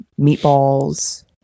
meatballs